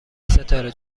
ستاره